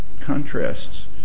contrasts